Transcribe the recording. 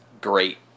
great